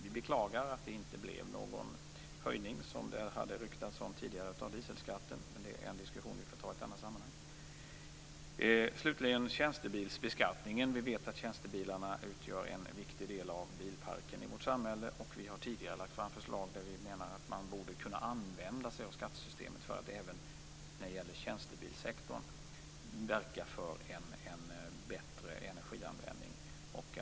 Vi beklagar att det inte blev någon höjning av dieselskatten, som det ryktades om tidigare. Men det är en diskussion som vi får föra i ett annat sammanhang. Slutligen tjäntebilsbeskattningen. Vi vet att tjänstebilarna utgör en viktig del av bilparken i vårt samhälle. Vi har tidigare lagt fram förslag om att man borde kunna använda sig av skattesystemet för att även när det gäller tjänstebilssektorn verka för en bättre energianvändning.